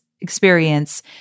experience